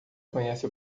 conhece